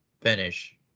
finish